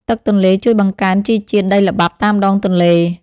ទឹកទន្លេជួយបង្កើនជីជាតិដីល្បាប់តាមដងទន្លេ។